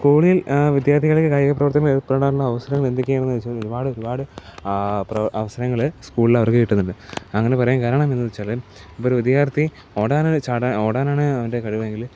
സ്കൂളിൽ വിദ്യാർത്ഥികളിൽ കായിക പ്രവർത്തികളിൽ ഏർപ്പെടാനുള്ള അവസരങ്ങൾ എന്തൊക്കെയാണെന്ന് ചോദിച്ചാൽ ഒരുപാട് ഒരുപാട് അവസരങ്ങൾ സ്കൂളിൽ അവർക്ക് കിട്ടുന്നുണ്ട് അങ്ങനെ പറയാൻ കാരണം എന്താണെന്ന് വെച്ചാൽ ഇപ്പോൾ ഒരു വിദ്യാർത്ഥി ഓടാനാണ് ഓടാനാണ് അവൻ്റെ കഴിവെങ്കിൽ